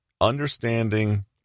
understanding